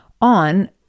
on